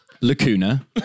Lacuna